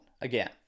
again